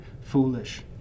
foolish